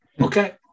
okay